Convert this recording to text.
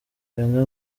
wenger